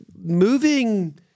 moving